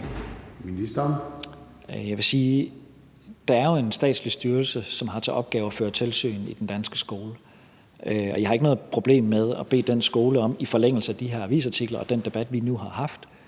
Tesfaye): Jeg vil sige, at der jo er en statslig styrelse, som har til formål at føre tilsyn med den danske skole, og jeg har ikke noget problem med at bede den styrelse i forlængelse af de her avisartikler og den debat, vi nu har haft,